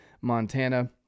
Montana